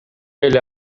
эле